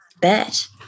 Bet